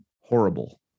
horrible